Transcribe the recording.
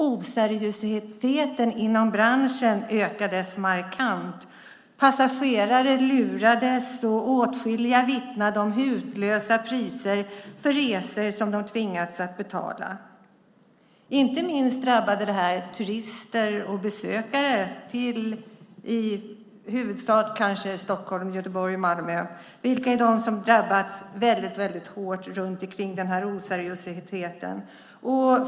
Oseriositeten inom branschen ökade markant. Passagerare lurades, och åtskilliga vittnade om hutlösa priser som de tvingats att betala för resor. Inte minst drabbade det här turister och besökare, i huvudsak kanske i Stockholm, Göteborg och Malmö, vilka är de städer som har drabbats väldigt hårt av den här oseriositeten.